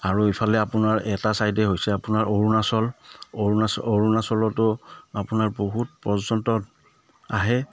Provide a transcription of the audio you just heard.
আৰু ইফালে আপোনাৰ এটা ছাইডে হৈছে আপোনাৰ অৰুণাচল অৰুণাচ অৰুণাচলতো আপোনাৰ বহুত পৰ্যটক আহে